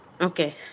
Okay